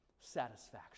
satisfaction